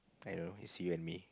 I don't see on me